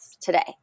today